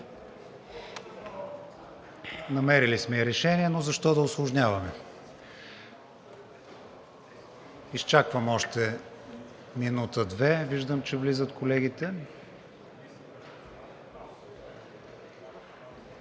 Намерили сме и решение, но защо да усложняваме. Изчаквам още минута-две, виждам че влизат колегите.